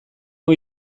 hau